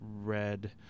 red